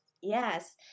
Yes